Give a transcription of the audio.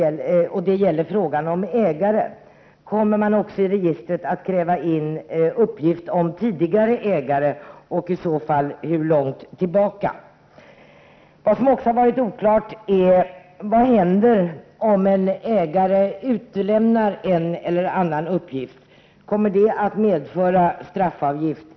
Det gäller frågan om ägare. Kommer man också att kräva in uppgift om tidigare ägare, och i så fall hur långt tillbaka? Det som också har varit oklart är vad som händer om en ägare utelämnar en eller annan uppgift. Kommer det att medföra straffavgift?